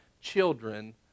children